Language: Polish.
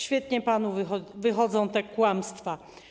Świetnie panu wychodzą te kłamstwa.